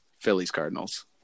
Phillies-Cardinals